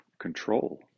control